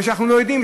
ואנחנו לא יודעים,